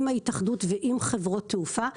עם ההתאחדות ועם חברות התעופה ואמרנו: